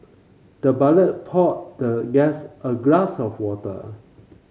the butler poured the guest a glass of water